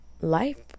life